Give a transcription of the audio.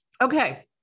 Okay